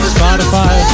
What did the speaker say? Spotify